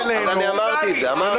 הן לא שותקות.